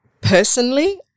personally